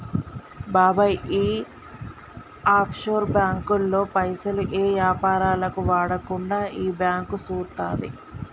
బాబాయ్ ఈ ఆఫ్షోర్ బాంకుల్లో పైసలు ఏ యాపారాలకు వాడకుండా ఈ బాంకు సూత్తది